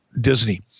Disney